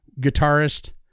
guitarist